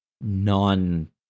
non